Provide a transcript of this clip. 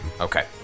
Okay